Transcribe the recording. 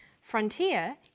Frontier